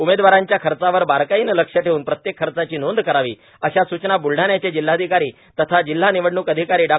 उमेदवारांच्या खर्चावर बारकाईनं लक्ष ठेवून प्रत्येक खर्चाची नोंद करावी अशा सूचना ब्लढाण्याचे जिल्हाधिकारी तथा जिल्हा निवडणूक अधिकारी डॉ